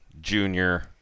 junior